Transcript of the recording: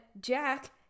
Jack